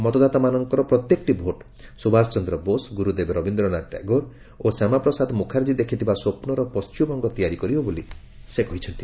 ମତଦାତାମାନଙ୍କର ପ୍ରତ୍ୟେକଟି ଭୋଟ୍ ସ୍ୱଭାଷଚନ୍ଦ ବୋଷ ଗୁରୁଦେବ ରବୀନ୍ଦ୍ରନାଥ ଟାଗୋର ଓ ଶ୍ୟାମାପ୍ରସାଦ ମୁଖାର୍ଚ୍ଚୀ ଦେଖିଥିବା ସ୍ୱପ୍ନର ପଶ୍ଚିମବଙ୍ଗ ତିଆରି କରିବ ବୋଲି ସେ କହିଛନ୍ତି